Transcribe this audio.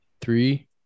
Three